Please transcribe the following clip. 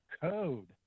code